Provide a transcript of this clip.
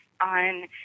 on